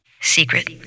secret